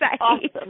awesome